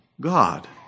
God